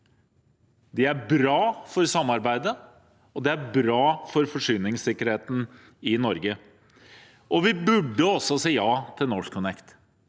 De er bra for samarbeidet, og de er bra for forsyningssikkerheten i Norge. Vi burde også si ja til NorthConnect-kabelen.